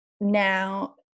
now